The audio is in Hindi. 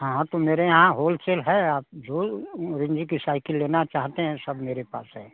हाँ हाँ तो मेरे यहाँ होलसेल है आप जो रेंज की साइकिल लेना चाहते हैं सब मेरे पास हैं